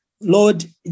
Lord